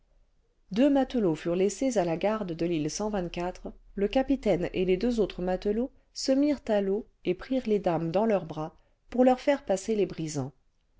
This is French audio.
deux matelots furent laissés à la garde de l'île le capitaine et les deux autres matelots se mirent à l'eau et prirent les dames dans leurs bras pour leur faire passer les brisants